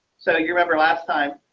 so you remember last time.